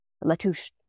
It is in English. Latouche